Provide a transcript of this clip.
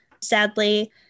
Sadly